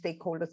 stakeholders